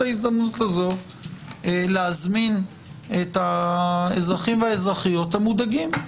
ההזדמנות הזו להזמין את האזרחים והאזרחיות המודאגים.